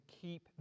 keep